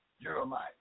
Jeremiah